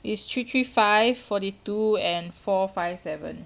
is three three five forty two and four five seven